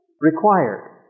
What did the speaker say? Required